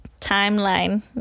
timeline